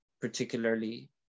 particularly